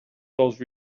those